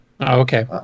okay